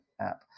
app